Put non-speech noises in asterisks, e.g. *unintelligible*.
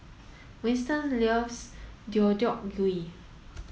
Winston *unintelligible* Deodeok Gui